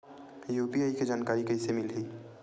UPI के जानकारी कइसे मिलही?